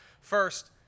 First